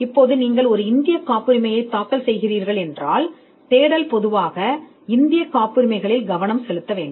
இப்போது நீங்கள் ஒரு இந்திய காப்புரிமையை தாக்கல் செய்கிறீர்கள் என்றால் தேடல் பொதுவாக இந்திய காப்புரிமையை மறைக்க வேண்டும்